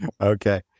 Okay